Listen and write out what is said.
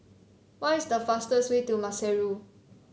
what is the fastest way to Maseru